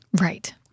Right